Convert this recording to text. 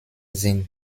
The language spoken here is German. sind